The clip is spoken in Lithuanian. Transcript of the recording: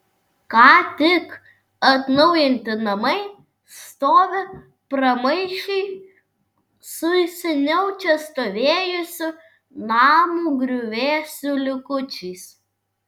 ką tik atnaujinti namai stovi pramaišiui su seniau čia stovėjusių namų griuvėsių likučiais